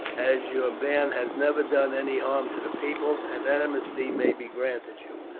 as your band has never done any harm to the people, an amnesty may be granted you.